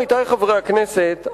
עמיתי חברי הכנסת,